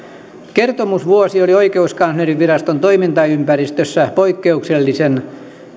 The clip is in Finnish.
kertomusvuosi oli oikeuskanslerinviraston toimintaympäristössä poikkeuksellisen